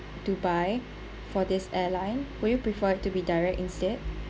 dubai for this airline would you prefer it to be direct instead